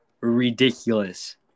ridiculous